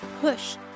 push